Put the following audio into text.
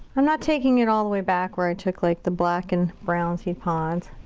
i'm not taking it all the way back where i took like the black and brown seed pods.